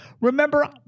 Remember